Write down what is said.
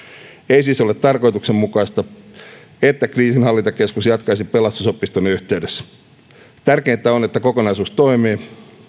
ei siis ole tarkoituksenmukaista että kriisinhallintakeskus jatkaisi pelastusopiston yhteydessä tärkeintä on että kokonaisuus toimii